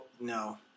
no